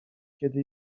kiedy